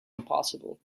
impossible